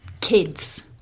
Kids